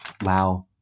wow